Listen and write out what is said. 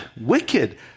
wicked